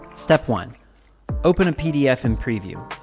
step one open a pdf and preview.